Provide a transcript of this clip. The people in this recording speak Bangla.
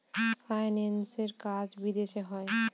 ফাইন্যান্সের কাজ বিদেশে হয়